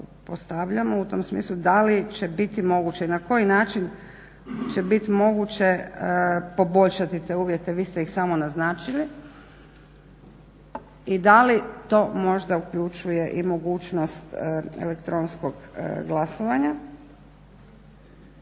u tom smislu da li će biti moguće i na koji način će biti moguće poboljšati te uvjete, vi ste ih samo naznačili i da li to možda uključuje i mogućnost elektronskog glasovanja?